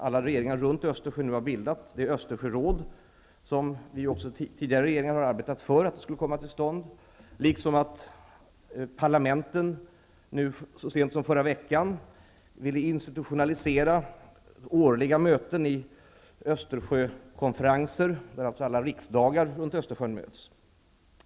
Alla regeringarna har nu bildat det Östersjöråd som också tidigare regeringar har arbetat för att det skulle komma till stånd. Så sent som förra veckan ville parlamenten institutionalisera årliga möten i Östersjökonferenser. Där skulle alltså alla riksdagar runt Östersjön mötas.